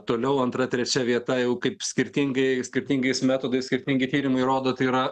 toliau antra trečia vieta jau kaip skirtingai skirtingais metodais skirtingi tyrimai rodo tai yra